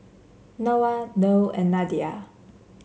Noah Noh and Nadia